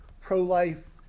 pro-life